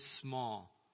small